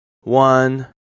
one